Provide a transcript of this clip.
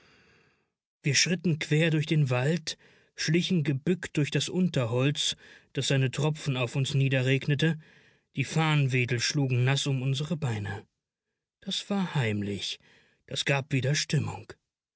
wir schritten quer durch den wald schlichen gebückt durch das unterholz das seine tropfen auf uns niederregnete die farnwedel schlugen naß um unsere beine das war heimlich das gab wieder stimmung